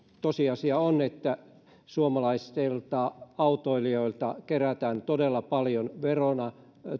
tosiasia on että suomalaisilta autoilijoilta kerätään todella paljon verona